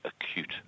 acute